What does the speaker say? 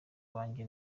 banjye